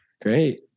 great